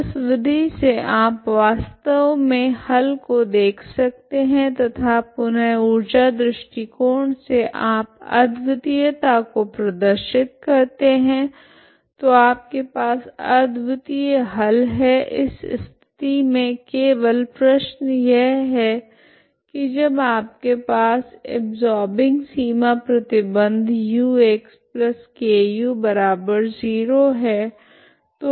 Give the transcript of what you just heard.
तो इस विधि से आप वास्तव मे हल को देख सकते है तथा पुनः ऊर्जा दृष्टिकोण से आप अद्वितीयता को प्रदर्शित करते है तो आपके पास अद्वितीय हल है इस स्थिति मे केवल प्रश्न यह है की जब आपके पास अब्सोर्बिंग सीमा प्रतिबंध uxku0 है